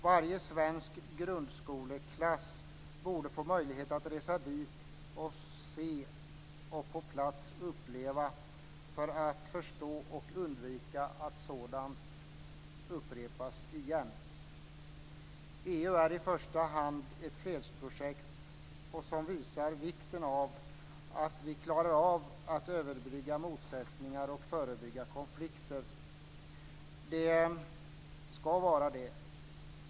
Varje svensk grundskoleklass borde få möjlighet att resa dit och på plats uppleva detta för att förstå och undvika att sådant upprepas. EU är i första hand ett fredsprojekt som visar vikten av att vi klarar av att överbrygga motsättningar och förebygga konflikter. Det ska vara det.